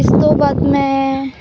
ਇਸ ਤੋਂ ਬਾਅਦ ਮੈਂ